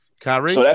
Kyrie